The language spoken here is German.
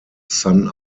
san